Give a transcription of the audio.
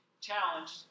challenged